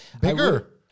bigger